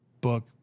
book